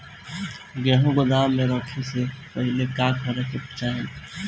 गेहु गोदाम मे रखे से पहिले का का करे के चाही?